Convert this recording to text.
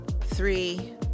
three